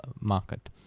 market